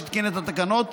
שהתקין את התקנות,